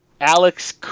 Alex